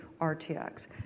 RTX